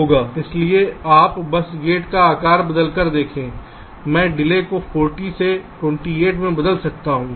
इसलिए आप बस गेट का आकार बदलकर देखें मैं डिले को 40 से 28 में बदल सकता हूं